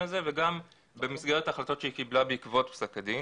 הזה וגם במסגרת החלטות שהיא קיבלה בעקבות פסק הדין